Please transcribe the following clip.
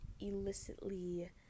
Illicitly